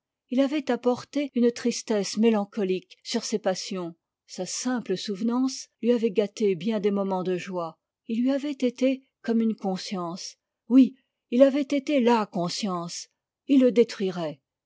il avait apporté une tristesse mélancolique sur ses passions sa simple souvenance lui avait gâté bien des moments de joie il lui avait été comme une conscience oui il avait été la conscience il le détruirait